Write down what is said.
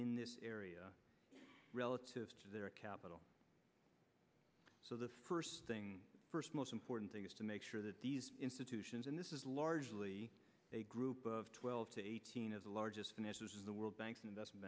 in this area relative to their capital so the first thing first most important thing is to make sure that these institutions and this is largely a group of twelve to eighteen of the largest finances in the world banks investment